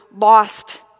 lost